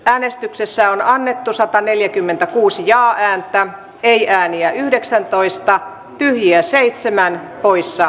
äänestyksessä on annettu sataneljäkymmentäkuusi jaa ääntä ei ääniä yhdeksäntoista pyhiä seitsemän poissa